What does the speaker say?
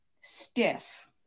stiff